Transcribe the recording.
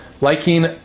liking